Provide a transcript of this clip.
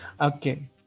Okay